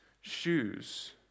shoes